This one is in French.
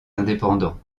indépendant